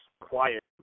quiet